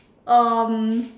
um